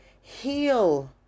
Heal